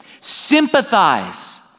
Sympathize